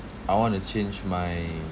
I want to change my